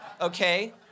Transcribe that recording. okay